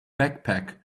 backpack